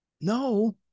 No